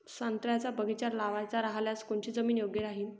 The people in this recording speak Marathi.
संत्र्याचा बगीचा लावायचा रायल्यास कोनची जमीन योग्य राहीन?